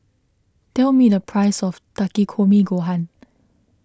tell me the price of Takikomi Gohan